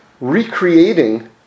recreating